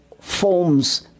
Forms